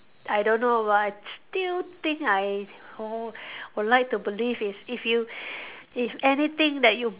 I don't know but I still think I know would like to believe is if you if anything that you